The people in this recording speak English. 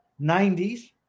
90s